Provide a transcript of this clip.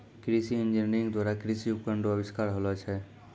कृषि इंजीनियरिंग द्वारा कृषि उपकरण रो अविष्कार होलो छै